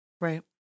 Right